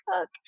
cook